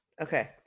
Okay